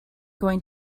going